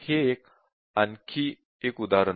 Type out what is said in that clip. हे आणखी एक उदाहरण आहे